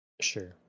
Sure